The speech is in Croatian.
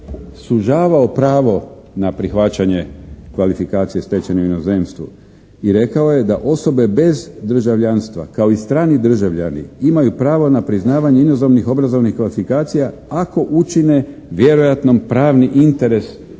sužavao pravo na prihvaćanje kvalifikacije stečene u inozemstvu. I rekao je da osobe bez državljanstva kao i strani državljani imaju pravo na priznavanje inozemnih obrazovnih kvalifikacija ako učine vjerojatnom pravni interes za